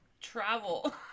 travel